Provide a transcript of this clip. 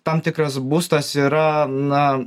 tam tikras būstas yra na